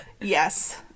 Yes